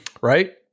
Right